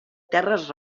terres